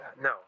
No